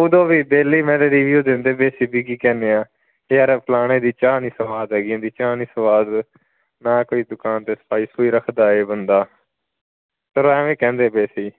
ਉਦੋਂ ਵੀ ਬੇਲੀ ਮੇਰੇ ਰਿਵਿਊ ਦਿੰਦੇ ਪਏ ਸੀ ਵੀ ਕੀ ਕਹਿੰਦੇ ਹਾਂ ਯਾਰ ਫਲਾਣੇ ਦੀ ਚਾਹ ਨਹੀਂ ਸਵਾਦ ਹੈਗੀ ਇਹਦੀ ਚਾਹ ਨਹੀਂ ਸਵਾਦ ਨਾ ਕੋਈ ਦੁਕਾਨ 'ਤੇ ਸਫਾਈ ਸਫੁਈ ਰੱਖਦਾ ਹੈ ਬੰਦਾ ਸਰ ਐਵੇਂ ਕਹਿੰਦੇ ਪਏ ਸੀ